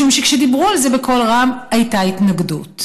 משום שכשדיברו על זה בקול רם הייתה התנגדות.